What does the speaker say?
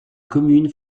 commune